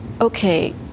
okay